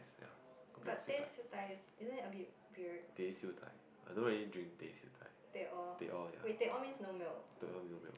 kopi-O siew dai teh siew dai I don't really drink teh siew dai teh-O ya teh-O no milk